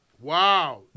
Wow